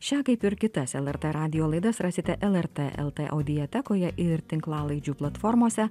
šią kaip ir kitas lrt radijo laidas rasite lrt lt audiatekoje ir tinklalaidžių platformose